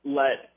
let